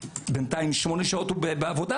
בינתיים המאבטח כבר שמונה שעות בעבודה